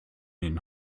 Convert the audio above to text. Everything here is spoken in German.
den